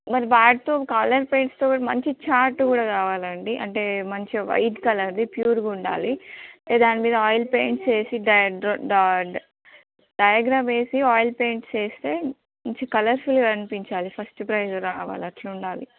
మరి వాటితో కలర్ పెయింట్స్తో కూడా మంచి చాట్ కూడా కావాలండి అంటే మంచి వైట్ కలర్ది ప్యూర్గా ఉండాలి దాని మీద ఆయిల్ పెయింట్స్ సేసి డయాగ్రమ్ వేసి ఆయిల్ పెయింట్స్ వేస్తే మంచి కలర్ఫుల్గా కనిపించాలి ఫస్ట్ ప్రైజ్ రావాలి అలా ఉండాలి